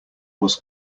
was